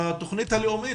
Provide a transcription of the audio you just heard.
בתכנית הלאומית,